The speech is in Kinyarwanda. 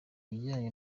bijyanye